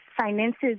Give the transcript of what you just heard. finances